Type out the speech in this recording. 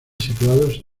situados